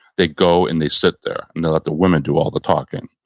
they go and they sit there and they let the women do all the talking.